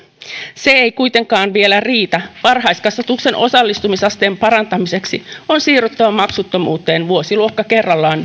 se ei kuitenkaan vielä riitä varhaiskasvatuksen osallistumisasteen parantamiseksi on siirryttävä maksuttomuuteen vuosiluokka kerrallaan